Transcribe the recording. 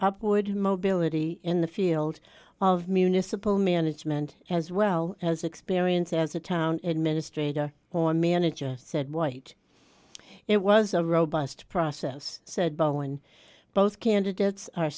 upward mobility in the field of municipal management as well as experience as a town administrator or manager said white it was a robust process said bowen both candidates are